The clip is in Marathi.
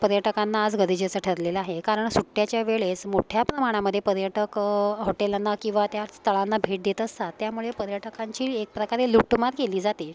पर्यटकांना आज गरजेचं ठरलेलं आहे कारण सुट्ट्यांच्या वेळेस मोठ्या प्रमाणामध्ये पर्यटक हॉटेलांना किंवा त्या स्थळांना भेट देत असतात त्यामुळे पर्यटकांची एक प्रकारे लूटमार केली जाते